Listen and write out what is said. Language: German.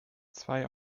zwei